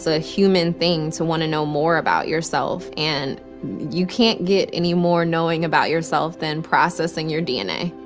a human thing to wanna know more about yourself and you can't get any more knowing about yourself than processing your dna.